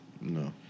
No